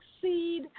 succeed